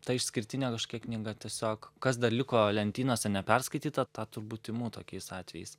ta išskirtinė kažkokia knyga tiesiog kas dar liko lentynose neperskaityta tą turbūt imu tokiais atvejais